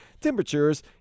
Temperatures